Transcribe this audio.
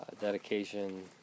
dedication